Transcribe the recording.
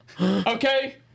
Okay